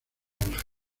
ángel